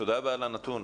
תודה רבה על הנתון,